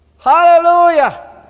Hallelujah